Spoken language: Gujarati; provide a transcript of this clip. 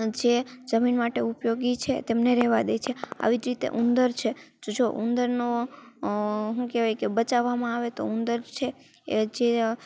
આજે જમીન માટે ઉપયોગી છે તેમને રહેવા દે છે આવી જ રીતે ઉંદર છે જો ઉંદરનો હું કહેવાય કે બચાવવામાં આવે તો ઉંદર છે એ જે